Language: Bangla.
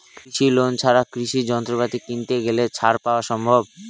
কৃষি লোন ছাড়া কৃষি যন্ত্রপাতি কিনতে গেলে ছাড় পাওয়া সম্ভব?